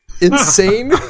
insane